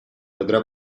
otra